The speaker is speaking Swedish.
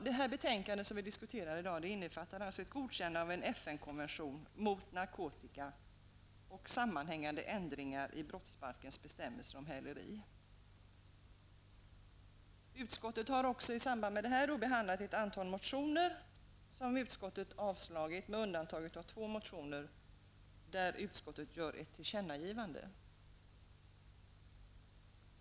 Det betänkande vi diskuterar i dag innefattar ett godkännande av en FN-konvention mot narkotika och sammanhängande ändringar i brottsbalkens bestämmelser om häleri. Utskottet har i samband med detta behandlat ett antal motioner som har avstyrkts, med undantag för två motioner där utskottet gör ett tillkännagivande.